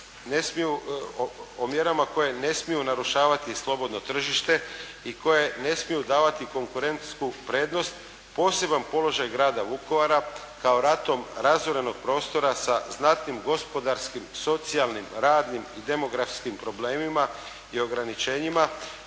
o mjerama koje ne smiju narušavati slobodno tržište i koje ne smiju davati konkurentsku prednost. Poseban položaj grada Vukovara kao ratom razorenog prostora sa znatnim gospodarskim, socijalnim, radnim i demografskim problemima i ograničenjima